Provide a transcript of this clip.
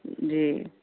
جی